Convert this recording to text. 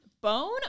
Bone